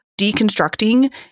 deconstructing